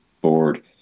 Board